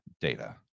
data